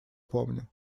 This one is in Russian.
помню